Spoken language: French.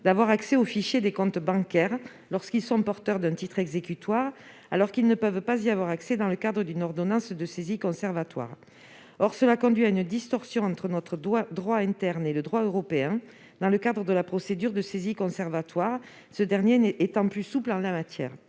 d'avoir accès au fichier des comptes bancaires lorsqu'ils sont porteurs d'un titre exécutoire, alors qu'ils n'ont pas cette faculté dans le cadre d'une ordonnance de saisie conservatoire. Or cela conduit à une distorsion entre notre droit interne et le droit européen dans le cadre de la procédure de saisie conservatoire, ce dernier étant plus souple en la matière.